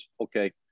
okay